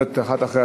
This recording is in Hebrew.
חבר הכנסת איתן כבל.